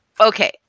Okay